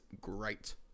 great